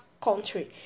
country